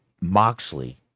Moxley